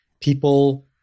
people